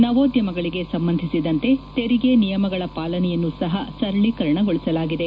ನವೋದ್ಯಮಗಳಿಗೆ ಸಂಬಂಧಿಸಿದಂತೆ ತೆರಿಗೆ ನಿಯಮಗಳ ಪಾಲನೆಯನ್ನೂ ಸಹ ಸರಳೀಕರಣಗೊಳಿಸಲಾಗಿದೆ